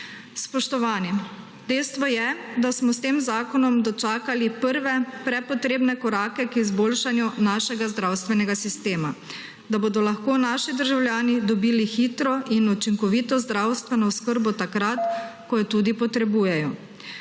Spoštovani! Dejstvo je, da smo s tem zakonom dočakali prve prepotrebne korake k izboljšanju našega zdravstvenega sistema, da bodo lahko naši državljani dobili hitro in učinkovito zdravstveno oskrbo takrat, ko jo tudi potrebujejo.